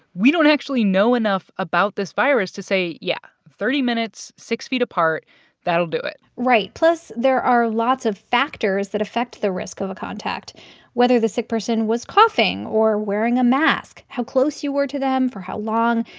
we don't actually know enough about this virus to say, yeah, thirty minutes six feet apart that'll do it right. plus, there are lots of factors that affect the risk of a contact whether the sick person was coughing or wearing a mask how close you were to them for how long.